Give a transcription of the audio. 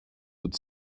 would